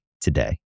today